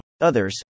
Others